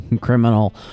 criminal